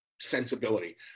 sensibility